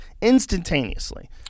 Instantaneously